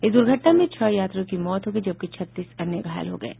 इस दुर्घटना में छह यात्रियों की मौत जबकि छत्तीस अन्य घायल हो गए हैं